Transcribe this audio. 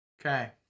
Okay